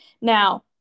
now